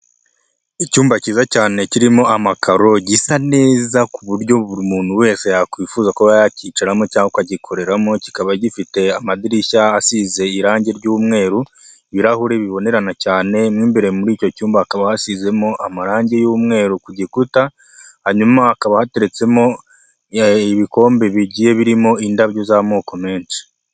Icyumba cyiza cyane kirimo amakaro gisa neza ku buryo buri muntu wese yakwifuza kuba yacyicaramo cyangwa akagikoreramo, kikaba gifite amadirishya asize irangi ry'umweru, ibirahuri bibonerana cyane. Mo imbere muri icyo cyumba hakaba hasizemo amarangi y'umweru ku gikuta, hanyuma hakaba hateretsemo ibikombe bigiye birimo indabyo z'amoko menshi.